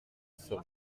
sur